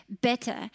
better